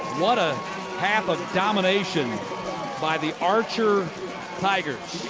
what a half of domination by the archer tigers.